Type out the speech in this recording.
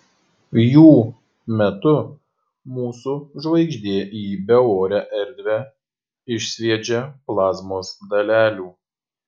jų metu mūsų žvaigždė į beorę erdvę išsviedžia plazmos dalelių